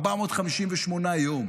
458 יום,